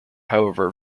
however